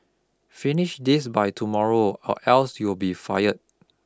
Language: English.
finish this by tomorrow or else you'll be fired